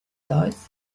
those